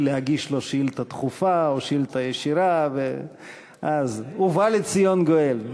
להגיש לו שאילתה דחופה או שאילתה ישירה ובא לציון גואל.